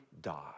die